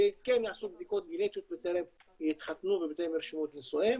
שכן יעשו בדיקות גנטיות בטרם יתחתנו ובטרם ירשמו את נישואיהם.